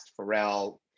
Pharrell